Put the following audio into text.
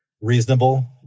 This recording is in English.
reasonable